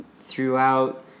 throughout